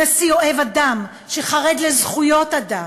נשיא אוהב אדם, שחרד לזכויות אדם,